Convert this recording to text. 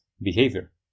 behavior